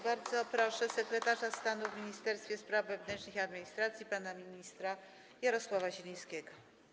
Bardzo proszę sekretarza stanu w Ministerstwie Spraw Wewnętrznych i Administracji pana ministra Jarosława Zielińskiego.